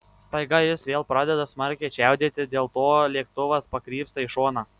staiga jis vėl pradeda smarkiai čiaudėti dėl to lėktuvas pakrypsta į šoną